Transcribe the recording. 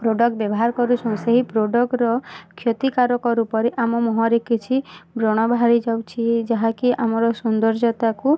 product ବ୍ୟବହାର କରୁଛୁ ସେହି ପ୍ରଡ଼କ୍ଟ୍ର କ୍ଷତିକାରକ ରୂପରେ ଆମ ମୁହଁରେ କିଛି ବ୍ରଣ ବାହାରି ଯାଉଛି ଯାହାକି ଆମର ସୌନ୍ଦର୍ଯ୍ୟତାକୁ